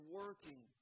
working